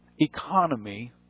economy